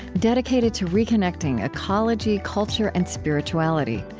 dedicated to reconnecting ecology, culture, and spirituality.